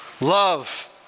Love